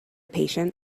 patient